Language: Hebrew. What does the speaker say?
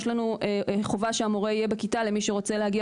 יש חובה שהמורה יהיה בכיתה למי שרוצה להגיע